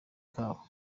kabo